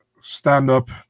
Stand-up